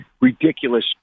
ridiculous